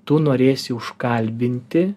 tu norėsi užkalbinti